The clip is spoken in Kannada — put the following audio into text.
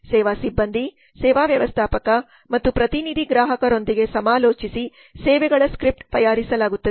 ಸೇವಾ ಸಿಬ್ಬಂದಿ ಸೇವಾ ವ್ಯವಸ್ಥಾಪಕ ಮತ್ತು ಪ್ರತಿನಿಧಿ ಗ್ರಾಹಕರೊಂದಿಗೆ ಸಮಾಲೋಚಿಸಿ ಸೇವೆಗಳ ಸ್ಕ್ರಿಪ್ಟ್ ತಯಾರಿಸಲಾಗುತ್ತದೆ